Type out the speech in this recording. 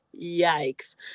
Yikes